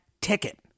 ticket